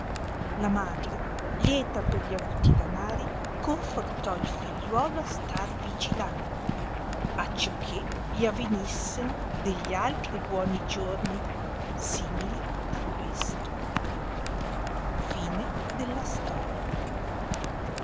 la madre lieta per gli avuti danari confortò il figliuolo a star vigilante acciò che gli avenisseno de gli altri buoni giorni simili a questo vedendo la